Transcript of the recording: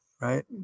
right